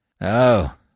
Oh